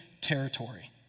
territory